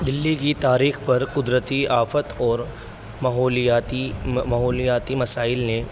دلی کی تاریخ پر قدرتی آفت اور ماحولیاتی ماحولیاتی مسائل نے